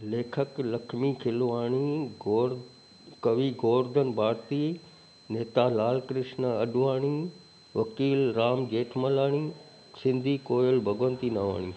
लेखक लखमी खिलवाणी गोड कवि गोवरधन भारती नेता लाल कृष्ण अडवाणी वकील राम जेठमलाणी सिंधी कोयल भगवंती नवाणी